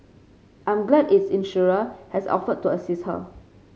I'm glad its insurer has offered to assist her